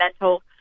mental